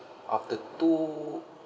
after two